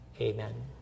Amen